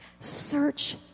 Search